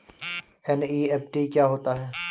NEFT क्या होता है?